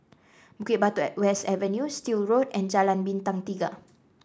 Bukit Batok West Avenue Still Road and Jalan Bintang Tiga